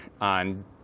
on